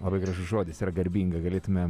labai gražus žodis yra garbinga galėtume